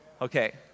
Okay